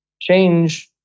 change